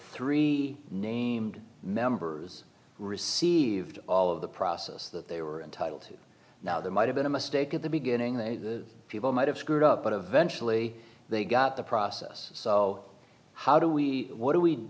three named members received all of the process that they were entitled to now they might have been a mistake at the beginning they the people might have screwed up but eventually they got the process so how do we what